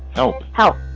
help! help!